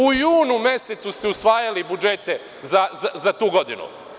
U junu mesecu ste usvajali budžet za tu godinu.